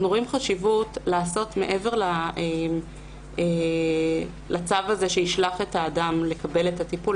חשיבות לעשות מעבר לצו הזה שישלח את האדם לקבל את הטיפול,